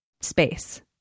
space